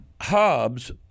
Hobbes